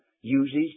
uses